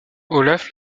olaf